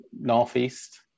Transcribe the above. northeast